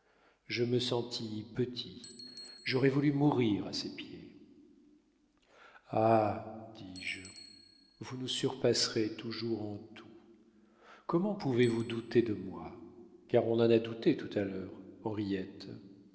je me sentis petit j'aurais voulu mourir à ses pieds ah dis-je vous nous surpasserez toujours en tout comment pouvez-vous douter de moi car on en a douté tout à l'heure